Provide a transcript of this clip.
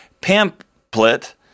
pamphlet